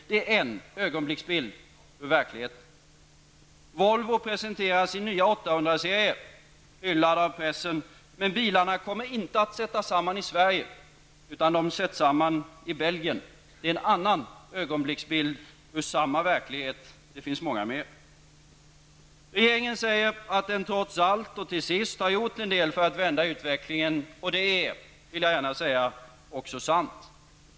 Det är en ögonblicksbild ur verkligheten. serie, men bilarna kommer inte att sättas samman i Sverige utan i stället i Belgien. Det är en annan ögonblicksbild ur samma verklighet. Det finns många fler. Regeringen säger att den trots allt och till sist gjort en del för att vända utvecklingen. Det är också sant.